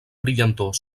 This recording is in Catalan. brillantor